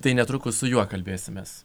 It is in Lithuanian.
tai netrukus su juo kalbėsimės